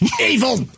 evil